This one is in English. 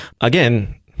again